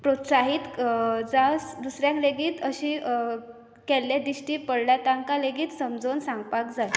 प्रोत्साहीत जावं दुसऱ्यांक लेगीत अशी केल्लें दिश्टी पडल्यार तांकां लेगीत समजून सांगपाक जाय